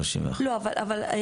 אבל לא,